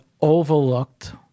overlooked